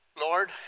Lord